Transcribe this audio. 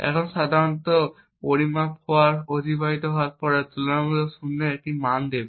এবং সাধারণত সঠিক পরিমাণ সময় অতিবাহিত হওয়ার পরে তুলনাকারী শূন্যের একটি মান দেবে